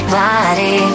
body